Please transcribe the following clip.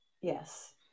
Yes